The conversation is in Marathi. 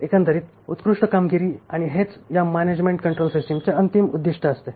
एकंदरीत उत्कृष्ट कामगिरी आणि हेच या मॅनॅजमेन्ट कंट्रोल सिस्टिमचे अंतिम उद्दीष्ट असते